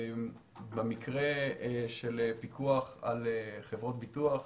במקרה של פיקוח על חברות ביטוח,